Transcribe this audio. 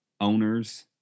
owners